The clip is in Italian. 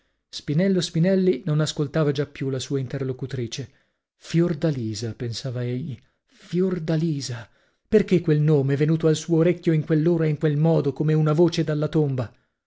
spinello spinelli noci ascoltava già più la sua interlocutrice fiordalisa pensava egli fiordalisa perchè quel nome venuto al suo orecchio in quell'ora e in quel modo come una voce dalla tomba